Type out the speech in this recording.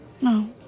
No